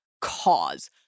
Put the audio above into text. Cause